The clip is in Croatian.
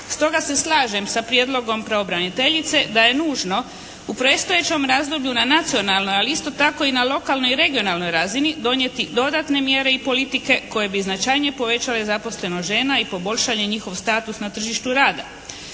Stoga se slažem sa prijedlogom pravobraniteljice da je nužno u predstojećem razdoblju na nacionalnoj ali isto tako i na lokalnoj i regionalnoj razini donijeti dodatne mjere i politike koje bi značajnije povećale zaposlenost žena i poboljšale njihov status na tržištu rada.